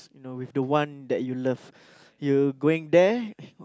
no with one that you love you going there